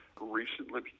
recently